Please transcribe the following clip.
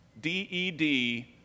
D-E-D